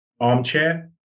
armchair